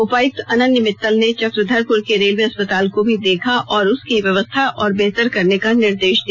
उपायुक्त अनन्य मित्तल ने चक्रधरपुर के रेलवे अस्पताल को भी देखा और उसकी व्यवस्था और बेहतर करने का निर्देश दिया